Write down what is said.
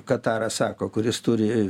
kataras sako kuris turi